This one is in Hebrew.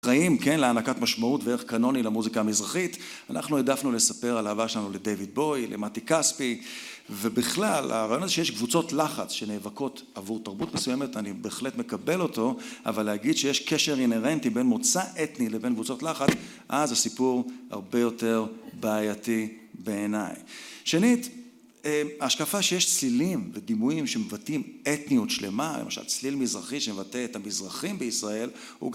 רעים, כן, להענקת משמעות וערך קנוני למוזיקה המזרחית. אנחנו העדפנו לספר על אהבה שלנו לדיויד בואי, למתי כספי ובכלל, הרעיון הזה שיש קבוצות לחץ שנאבקות עבור תרבות מסוימת, אני בהחלט מקבל אותו, אבל להגיד שיש קשר אינרנטי בין מוצא אתני לבין קבוצות לחץ, אז הסיפור הרבה יותר בעייתי בעיניי. שנית, ההשקפה שיש צלילים ודימויים שמבטאים אתניות שלמה, למשל צליל מזרחי שמבטא את המזרחים בישראל, הוא גם...